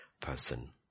person